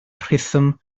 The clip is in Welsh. rhythm